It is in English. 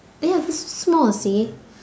ya that's not small see